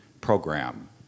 program